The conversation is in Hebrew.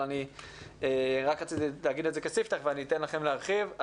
אבל רציתי להגיד את זה רק כסיפתח ואתן לכם להרחיב.